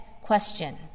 question